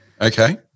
Okay